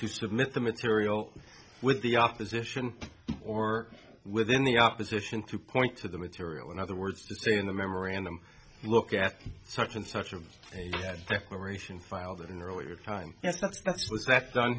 to submit the material with the opposition or within the opposition to point to the material in other words to say in the memorandum look at such and such a declaration filed in the earlier time yes that's that's